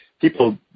people